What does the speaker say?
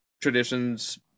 traditions